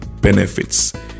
benefits